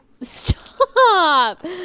stop